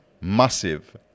massive